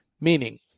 Meaning